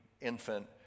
infant